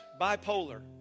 bipolar